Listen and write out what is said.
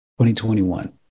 2021